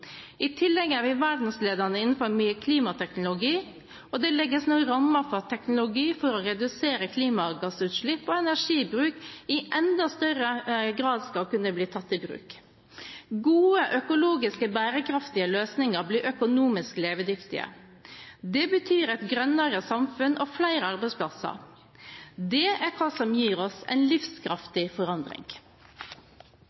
I tillegg er vi verdensledende innenfor klimateknologi, og det legges nå rammer for at teknologi for å redusere klimagassutslipp og energibruk i enda større grad skal kunne bli tatt i bruk. Gode økologisk bærekraftige løsninger blir økonomisk levedyktige. Det betyr et grønnere samfunn og flere arbeidsplasser. Det er hva som gir oss en